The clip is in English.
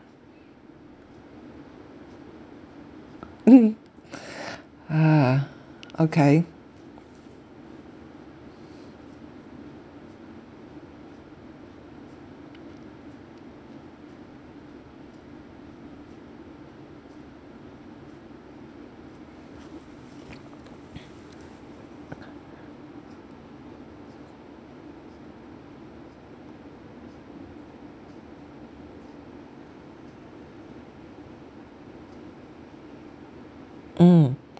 mm a'ah okay mm